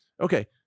Okay